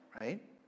right